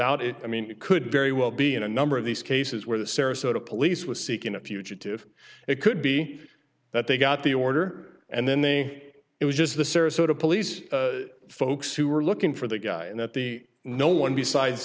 it i mean it could very well be in a number of these cases where the sarasota police was seeking a fugitive it could be that they got the order and then they it was just the sarasota police folks who were looking for the guy and that the no one besides